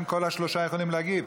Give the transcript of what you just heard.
כל השלושה יכולים להגיב?